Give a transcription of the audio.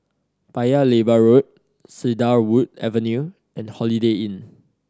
Paya Lebar Road Cedarwood Avenue and Holiday Inn